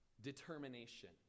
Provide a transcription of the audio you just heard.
determination